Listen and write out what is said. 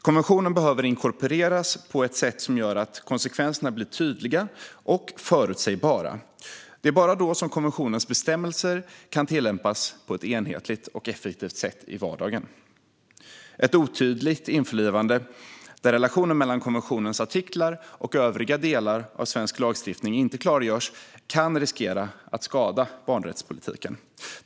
Konventionen behöver inkorporeras på ett sätt som gör att konsekvenserna blir tydliga och förutsägbara. Det är bara då som konventionens bestämmelser kan tillämpas på ett enhetligt och effektivt sätt i vardagen. Ett otydligt införlivande där relationen mellan konventionens artiklar och övriga delar av svensk lagstiftning inte klargörs kan riskera att skada barnrättspolitiken.